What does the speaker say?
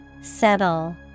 Settle